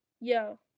Yo